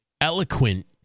eloquent